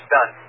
Done